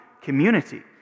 community